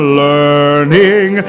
learning